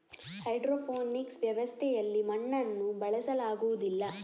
hydroponics ವ್ಯವಸ್ಥೆಯಲ್ಲಿ ಮಣ್ಣನ್ನು ಬಳಸಲಾಗುವುದಿಲ್ಲ